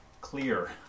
clear